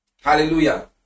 Hallelujah